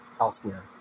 elsewhere